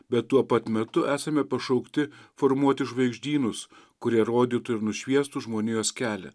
bet tuo pat metu esame pašaukti formuoti žvaigždynus kurie rodytų ir nušviestų žmonijos kelią